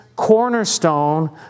cornerstone